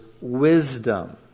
wisdom